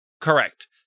correct